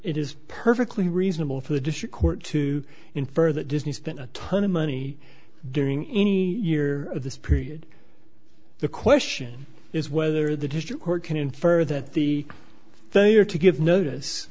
it is perfectly reasonable for the district court to infer that disney spent a ton of money during any year of this period the question is whether the district court can infer that the they are to give notice